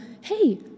hey